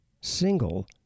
single